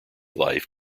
life